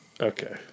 Okay